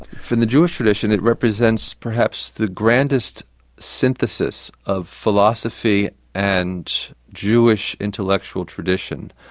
from the jewish tradition it represents, perhaps, the grandest synthesis of philosophy and jewish intellectual tradition.